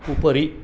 उपरि